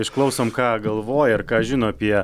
išklausom ką galvoja ir ką žino apie